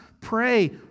pray